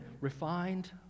refined